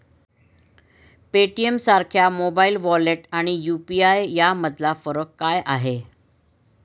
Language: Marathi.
पेटीएमसारख्या मोबाइल वॉलेट आणि यु.पी.आय यामधला फरक काय आहे?